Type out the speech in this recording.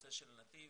הנושא של נתיב.